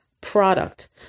product